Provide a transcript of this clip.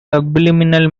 subliminal